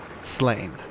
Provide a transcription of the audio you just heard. slain